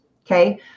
okay